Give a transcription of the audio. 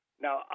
Now